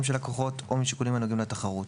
של הלקוחות או משיקולים הנוגעים לתחרות,